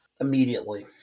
immediately